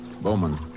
Bowman